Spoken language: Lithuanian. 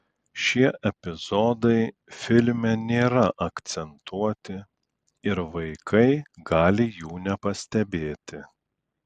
šie epizodai filme nėra akcentuoti ir vaikai gali jų nepastebėti